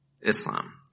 Islam